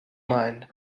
mind